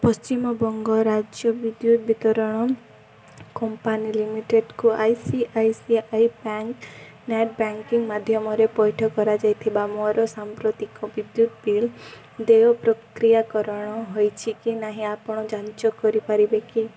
ପଶ୍ଚିମବଙ୍ଗ ରାଜ୍ୟ ବିଦ୍ୟୁତ ବିତରଣ କମ୍ପାନୀ ଲିମିଟେଡ଼୍କୁ I C I C I bank net banking ମାଧ୍ୟମରେ ପଇଠ କରାଯାଇଥିବା ମୋର ସାମ୍ପ୍ରତିକ ବିଦ୍ୟୁତ ବିଲ୍ ଦେୟ ପ୍ରକ୍ରିୟାକରଣ ହୋଇଛି କି ନାହିଁ ଆପଣ ଯାଞ୍ଚ କରିପାରିବେ କି